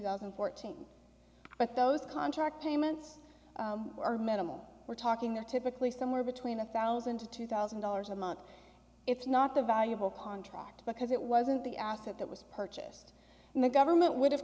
thousand and fourteen but those contract payments are minimal we're talking there typically somewhere between one thousand to two thousand dollars a month if not the valuable contract because it wasn't the asset that was purchased and the government would have